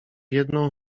jedną